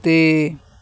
ਤੇ